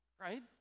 right